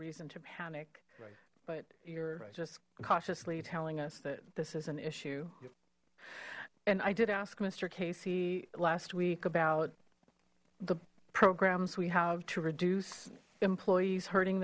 reason to panic but you're just cautiously telling us that this is an issue and i did ask mister casey last week about the programs we have to reduce employees hurting